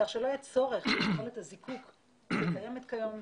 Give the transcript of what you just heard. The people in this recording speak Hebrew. כך שלא יהיה צורך לצרוך את הזיקוק שקיים כיום.